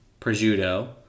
prosciutto